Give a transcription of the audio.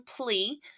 plea